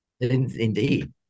Indeed